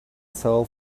soul